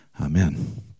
Amen